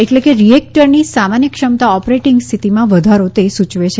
એટલે કે રિએક્ટરની સામાન્ય ક્ષમતા ઑપરેટિંગ સ્થિતિમાં વધારો તે સૂચવે છે